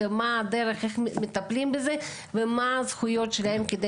איך מטפלים בזה ומה הזכויות שלהם כדי